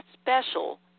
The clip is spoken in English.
special